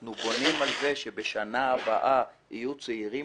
ואנחנו בונים על זה שבשנה הבאה יהיו צעירים